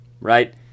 Right